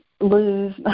lose